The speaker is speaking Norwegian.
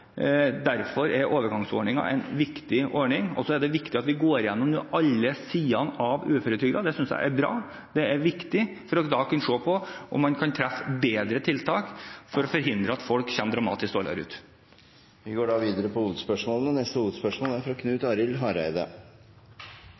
vi nå går igjennom alle sidene ved uføretrygden. Det synes jeg er bra. Det er viktig for å kunne se på om man kan treffe bedre tiltak for å forhindre at folk kommer dramatisk dårligere ut. Vi går